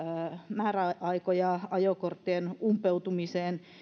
määräaikoja ajokorttien umpeutumiseen